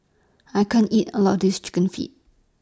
I can't eat All of This Chicken Feet